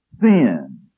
sin